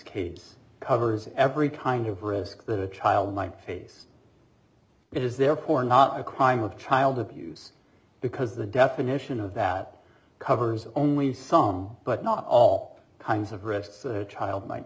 case covers every kind of risk that a child might face it is therefore not a crime of child abuse because the definition of that covers only some but not all kinds of risks child might